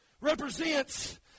Represents